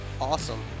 awesome